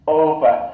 over